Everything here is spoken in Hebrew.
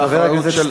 והאחריות של,